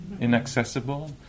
inaccessible